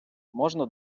можна